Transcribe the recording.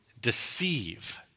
deceive